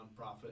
nonprofit